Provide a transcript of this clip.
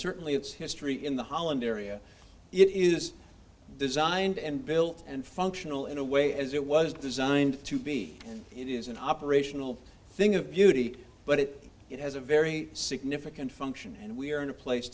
certainly its history in the holland area it is designed and built and functional in a way as it was designed to be it is an operational thing of beauty but it has a very significant function and we are in a place